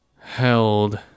held